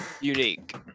unique